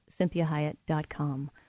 CynthiaHyatt.com